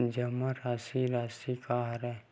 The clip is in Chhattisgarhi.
जमा राशि राशि का हरय?